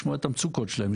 לשמוע את המצוקות שלהם,